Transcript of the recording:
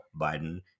Biden